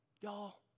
Y'all